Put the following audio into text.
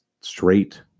straight